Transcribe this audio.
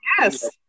yes